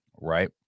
Right